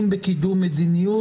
אם בקידום מדיניות.